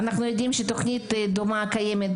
אנחנו יודעים שתוכנית דומה קיימת,